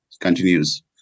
continues